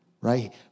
right